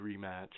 rematch